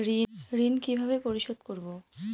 ঋণ কিভাবে পরিশোধ করব?